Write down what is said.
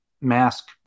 mask